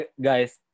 guys